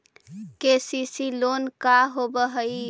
KCC loan का होब हइ?